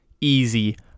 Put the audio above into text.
Easy